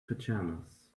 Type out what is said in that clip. pajamas